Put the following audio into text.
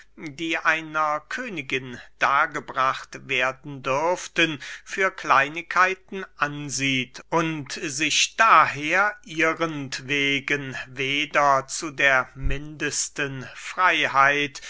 die einer königin dargebracht werden dürften für kleinigkeiten ansieht und sich daher ihrentwegen weder zu der mindesten freyheit